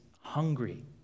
hungry